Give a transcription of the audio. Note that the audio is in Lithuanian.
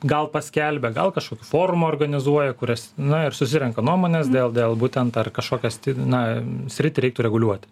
gal paskelbia gal kažkokia forma organizuoja kurias na ir susirenka nuomones dėl dėl būtent dar kažkokias na sritį reiktų reguliuoti